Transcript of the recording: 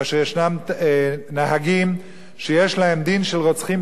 כאשר ישנם נהגים שיש להם דין של רוצחים